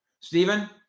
Stephen